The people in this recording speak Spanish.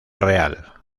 real